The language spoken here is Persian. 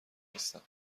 نیستم